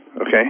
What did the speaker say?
okay